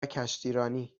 کشتیرانی